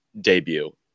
debut